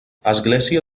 església